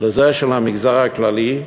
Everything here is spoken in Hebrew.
לזה של המגזר הכללי,